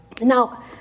Now